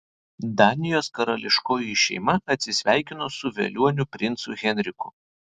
danijos karališkoji šeima atsisveikino su velioniu princu henriku